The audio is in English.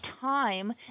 time